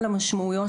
המשמעויות,